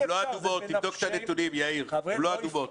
תבדוק את הנתונים, הן לא אדומות.